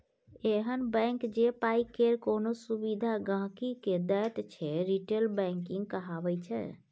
एहन बैंक जे पाइ केर कोनो सुविधा गांहिकी के दैत छै रिटेल बैंकिंग कहाबै छै